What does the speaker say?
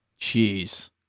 Jeez